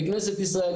בכנסת ישראל,